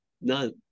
none